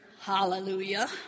hallelujah